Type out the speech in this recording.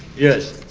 yes.